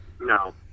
no